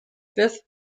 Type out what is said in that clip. fifth